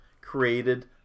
created